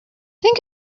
think